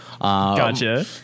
gotcha